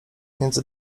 między